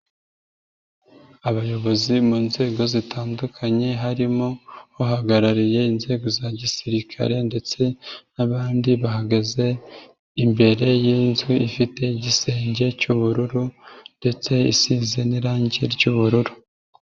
Abayobozi mu nzego zitandukanye harimo uhagarariye inzego za gisirikare ndetse n'abandi bahagaze imbere y'inzu ifite igisenge cy'ubururu ndetse isize n'irangi ry'ubururu.